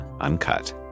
uncut